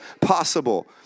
possible